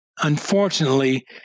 unfortunately